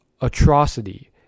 atrocity